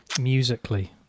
musically